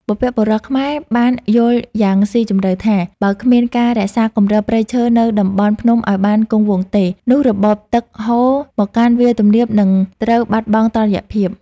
បុព្វបុរសខ្មែរបានយល់យ៉ាងស៊ីជម្រៅថា បើគ្មានការរក្សាគម្របព្រៃឈើនៅតំបន់ភ្នំឱ្យបានគង់វង្សទេ នោះរបបទឹកហូរមកកាន់វាលទំនាបនឹងត្រូវបាត់បង់តុល្យភាព។